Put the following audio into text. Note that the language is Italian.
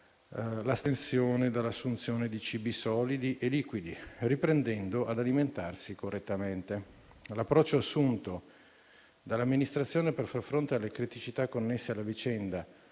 l'astensione dall'assunzione di cibi solidi e liquidi, riprendendo ad alimentarsi correttamente. L'approccio assunto dall'amministrazione per far fronte alle criticità connesse alla vicenda